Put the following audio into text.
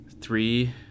three